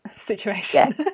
situation